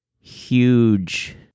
huge